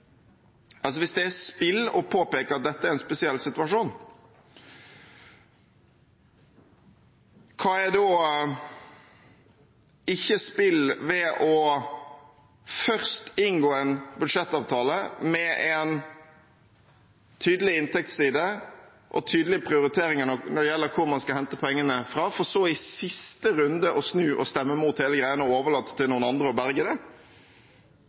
hvis det er spill å påpeke at det er en spesiell situasjon – hva er da ikke spill ved først å inngå en budsjettavtale med en tydelig inntektsside og tydelige prioriteringer av hvor man skal hente pengene fra, for så i siste runde snu og stemme mot hele greia og overlate til noen andre å berge det?